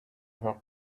her